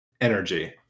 energy